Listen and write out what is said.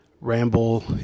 Ramble